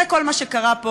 זה כל מה שקרה פה.